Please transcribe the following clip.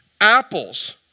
apples